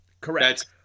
Correct